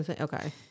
Okay